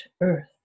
Earth